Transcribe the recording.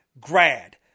Grad